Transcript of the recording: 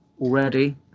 already